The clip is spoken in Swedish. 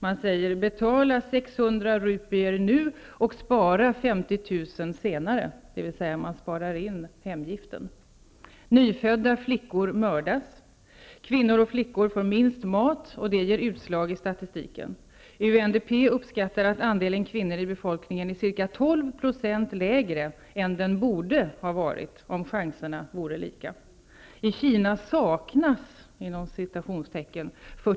Man säger: Betala 600 rupier nu och spara 50 000 senare. Man sparar alltså in hemgiften. Nyfödda flickor mördas. Kvinnor och flickor får minst mat, och det ger utslag i statistiken. UNDP uppskattar att andelen kvinnor i befolkningen är ca 12 % lägre än vad den borde ha varit om chanserna vore lika.